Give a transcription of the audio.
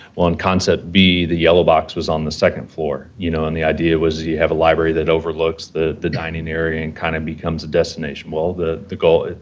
well, in concept b, the yellow box was on the second floor, you know, and the idea was that you have a library that overlooks the the dining area and kind of becomes a destination. well, the the goal